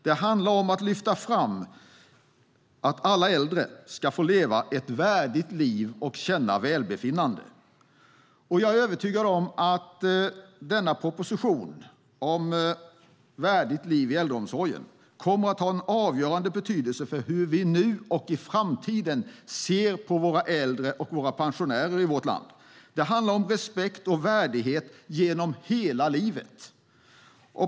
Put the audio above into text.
Det handlar om att lyfta fram att alla äldre ska få leva ett värdigt liv och känna välbefinnande. Jag är övertygad om att denna proposition om värdigt liv i äldreomsorgen kommer att ha en avgörande betydelse för hur vi nu och i framtiden ser på våra äldre och våra pensionärer i vårt land. Det handlar om respekt och värdighet genom hela livet.